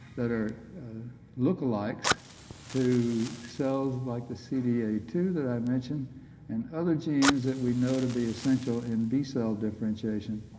that are look alikes to cells like the c d a two that i mentioned and other genes that we know to be essential in b-cell differentiation,